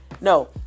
No